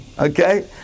Okay